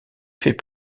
fait